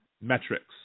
metrics